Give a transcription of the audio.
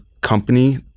company